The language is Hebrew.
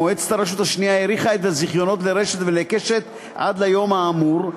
מועצת הרשות השנייה האריכה את הזיכיונות ל"רשת" ול"קשת" עד ליום האמור,